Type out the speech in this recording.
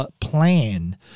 plan